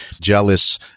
jealous